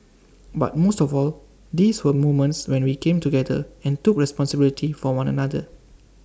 but most of all these were moments when we came together and took responsibility for one another